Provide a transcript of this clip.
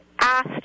asked